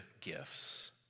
gifts